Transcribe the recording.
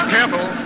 Careful